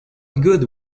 good